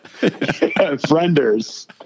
Frienders